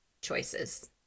choices